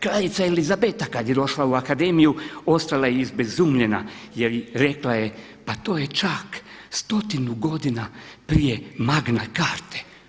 Kraljica Elizabeta kad je došla u akademiju ostala je izbezumljena, rekla je: Pa to je čak stotinu godina prije Magne Carte.